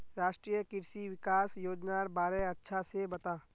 राष्ट्रीय कृषि विकास योजनार बारे अच्छा से बता